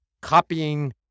copying